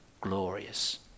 glorious